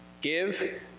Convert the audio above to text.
Give